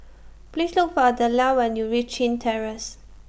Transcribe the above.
Please Look For Adella when YOU REACH Chin Terrace